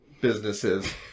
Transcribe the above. businesses